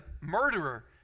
murderer